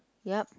yup